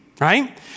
Right